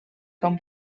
come